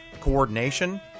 coordination